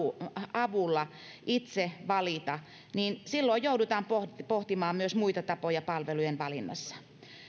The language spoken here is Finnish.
avulla itse valita niin silloin joudutaan pohtimaan myös muita tapoja palvelujen valinnassa